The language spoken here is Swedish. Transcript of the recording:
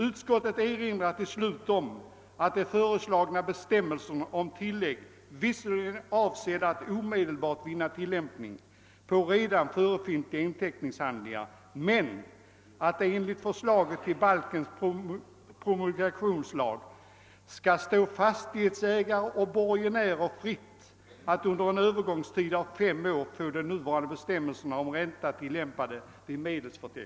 Utskottet erinrar till slut om att de föreslagna bestämmelserna om tillägg visserligen är avsedda att omedelbart vinna tillämpning på redan förefintliga inteckningshandlingar men att det enligt förs'aget till balkens promulgationslag skall stå fastighetsägare och borgenärer fritt att under en övergångstid av fem år få de nuvarande bestämme'serna om ränta tillämpade vid mede'!sfördelning.